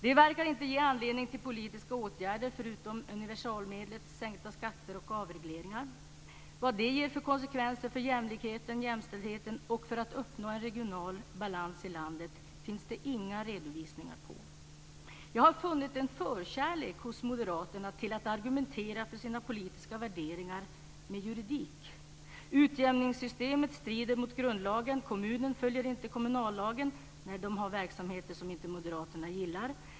Det verkar inte ge anledning till politiska åtgärder förutom universalmedlet sänkta skatter och avregleringar. Vad det ger för konsekvenser för jämlikheten, jämställdheten och för att uppnå en regional balans i landet finns det inga redovisningar på. Jag har funnit en förkärlek hos moderaterna för att argumentera för sina politiska värderingar med hjälp av juridik. Utjämningssystemet strider mot grundlagen. Kommunen följer inte kommunallagen när de har verksamheter som Moderaterna inte gillar.